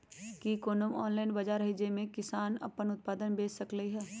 कि कोनो ऑनलाइन बाजार हइ जे में किसान अपन उत्पादन सीधे बेच सकलई ह?